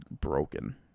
broken